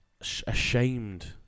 ashamed